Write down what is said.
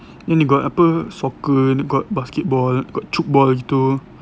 you know you got apa soccer and basketball got tchoukball gitu